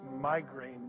migraine